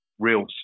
real